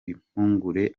impungure